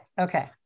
Okay